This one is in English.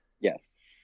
Yes